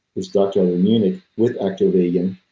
this doctor out of munich with actovegin.